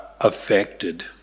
affected